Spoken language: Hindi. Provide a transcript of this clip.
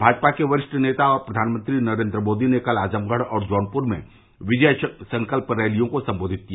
भाजपा के वरिष्ठ नेता और प्रधानमंत्री नरेन्द्र मोदी ने कल आजमगढ़ और जौनपुर में विजय संकल्प रैलियों को संबोधित किया